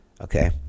Okay